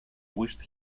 wished